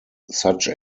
such